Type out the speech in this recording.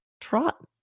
trot